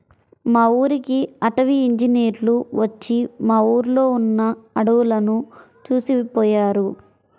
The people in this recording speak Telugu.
మా ఊరికి అటవీ ఇంజినీర్లు వచ్చి మా ఊర్లో ఉన్న అడువులను చూసిపొయ్యారు